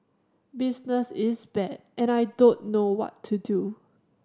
business is bad and I don't know what to do